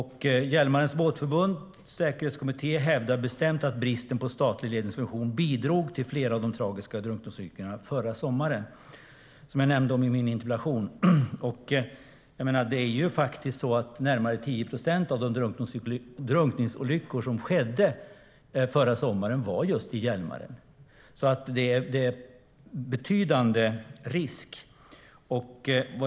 Hjälmarens Båtförbunds säkerhetskommitté hävdar bestämt att bristen på statlig ledningsfunktion bidrog till flera av de tragiska drunkningsolyckorna förra sommaren, som jag nämnde i min interpellation. Det är faktiskt så att närmare 10 procent av de drunkningsolyckor som skedde förra sommaren var just i Hjälmaren. Det är alltså en betydande risk.